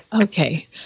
Okay